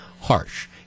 harsh